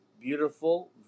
beautiful